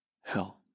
hell